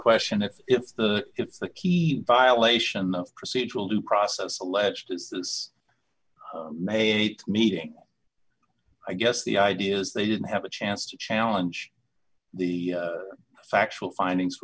question if if the if the key violation of procedural due process alleged as this may th meeting i guess the idea is they didn't have a chance to challenge the factual findings